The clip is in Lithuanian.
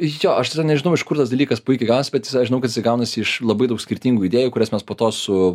jo aš tada nežinau iš kur tas dalykas puikiai gavosi bet jis aš žinau kad gaunasi iš labai daug skirtingų idėjų kurias mes po to su